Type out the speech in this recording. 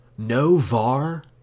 Novar